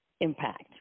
impact